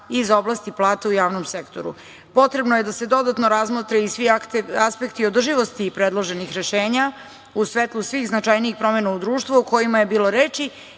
iz ob lasti plata u javnom sektoru. Potrebno je da se dodatno razmotre i svi aspekti održivosti predloženih rešenja u svetlu svih značajnijih promena u društvu, o kojima je bilo reči